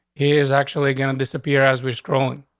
he is actually gonna disappear as we scrolling.